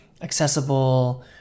accessible